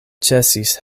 ĉesis